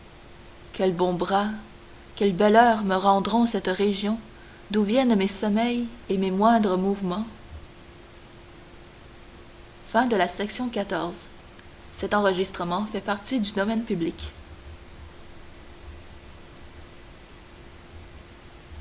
quels bons bras quelle belle heure me rendront cette région d'où viennent mes sommeils et mes moindres mouvements